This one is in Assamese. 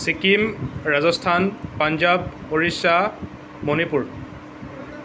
ছিকিম ৰাজস্থান পঞ্জাৱ উৰিষ্যা মণিপুৰ